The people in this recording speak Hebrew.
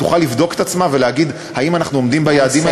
תוכל לבדוק את עצמה ולהגיד אם אנחנו עומדים ביעדים,